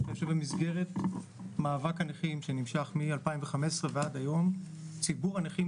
במסגרת מאבק הנכים שנמשך מ-2015 ועד היום ציבור הנכים